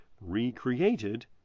recreated